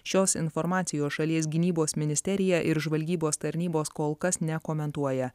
šios informacijos šalies gynybos ministerija ir žvalgybos tarnybos kol kas nekomentuoja